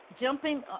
Jumping